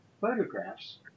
photographs